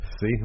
See